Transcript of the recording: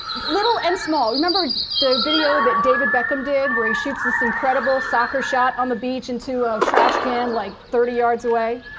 little and small. remember the video that david beckham did, where he shoots this incredible soccer shot on the beach into a trashcan like, thirty yards away,